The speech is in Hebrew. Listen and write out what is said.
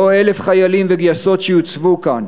לא 1,000 חיילים וגייסות שיוצבו כאן.